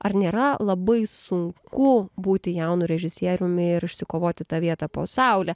ar nėra labai sunku būti jaunu režisieriumi ir išsikovoti tą vietą po saule